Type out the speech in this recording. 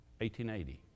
1880